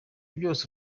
byose